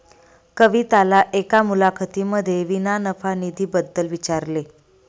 कविताला एका मुलाखतीमध्ये विना नफा निधी बद्दल विचारले